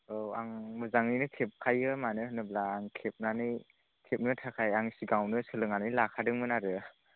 औ आं मोजाङैनो खेबखायो मानो होनोब्ला आं खेबनानै खेबनो थाखाय आं सिगाङावनो सोलोंनानै लाखादोंमोन आरो